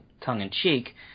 tongue-in-cheek